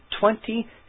twenty